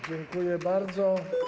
Dziękuję bardzo.